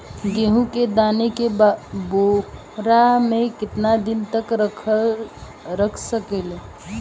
गेहूं के दाना के बोरा में केतना दिन तक रख सकिले?